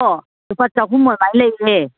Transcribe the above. ꯑꯣ ꯂꯨꯄꯥ ꯆꯍꯨꯝ ꯑꯗꯨꯃꯥꯏꯅ ꯂꯩꯌꯦ